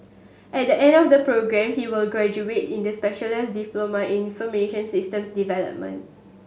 at the end of the programme he will graduate in this specialist diploma information systems development